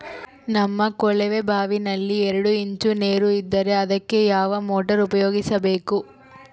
ನಮ್ಮ ಕೊಳವೆಬಾವಿಯಲ್ಲಿ ಎರಡು ಇಂಚು ನೇರು ಇದ್ದರೆ ಅದಕ್ಕೆ ಯಾವ ಮೋಟಾರ್ ಉಪಯೋಗಿಸಬೇಕು?